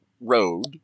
road